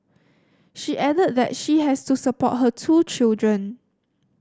she added that she has to support her two children